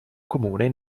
comune